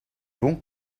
bon